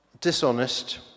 dishonest